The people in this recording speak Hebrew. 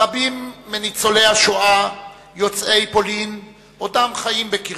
רבים מניצולי השואה יוצאי פולין עודם חיים בקרבנו,